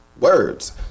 words